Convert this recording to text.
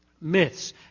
Myths